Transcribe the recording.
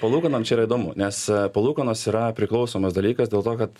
palūkanom čia yra įdomu nes palūkanos yra priklausomas dalykas dėl to kad